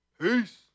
Peace